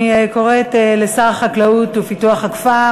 אני קוראת לשר החקלאות ופיתוח הכפר,